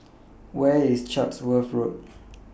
Where IS Chatsworth Road